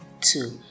two